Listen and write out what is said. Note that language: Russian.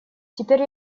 теперь